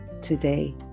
today